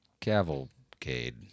Cavalcade